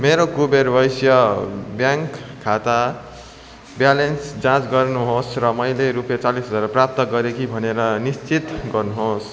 मेरो कुबेर वैश्य ब्याङ्क खाता ब्यालेन्स जाँच गर्नु होस् र मैले रुपियाँ चालिस हजार प्राप्त गरेँ कि भनेर निश्चित गर्नु होस्